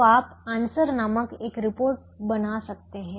तो आप आंसर नामक एक रिपोर्ट बना सकते हैं